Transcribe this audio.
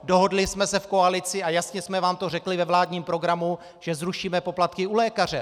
Dohodli jsme se v koalici a jasně jsme vám to řekli ve vládním programu, že zrušíme poplatky u lékaře.